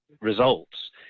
results